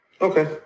Okay